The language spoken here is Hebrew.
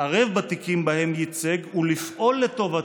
להתערב בתיקים שבהם ייצג ולפעול לטובתו.